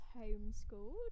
homeschooled